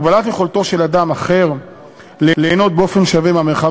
הגבלת יכולתו של אדם אחר ליהנות באופן שווה מהמרחב